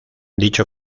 dicho